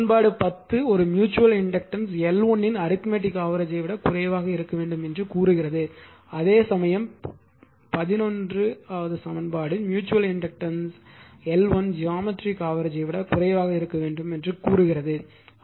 எனவே சமன்பாடு 10 ஒரு ம்யூச்சுவல் இண்டக்டன்ஸ் L1 இன் அரித்மேட்டிக் ஆவெரேஜ்யை விட குறைவாக இருக்க வேண்டும் என்று கூறுகிறது அதே சமயம் பதினொன்று சமன்பாடு ம்யூச்சுவல் இண்டக்டன்ஸ் L1 ஜியோமெட்ரிக் ஆவெரேஜ்யை விட குறைவாக இருக்க வேண்டும் என்று கூறுகிறது